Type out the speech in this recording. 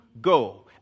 go